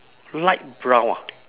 light brown ah